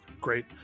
Great